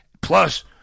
Plus